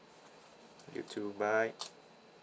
you too bye